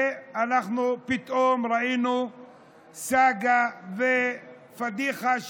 ואנחנו פתאום ראינו סאגה ופדיחה,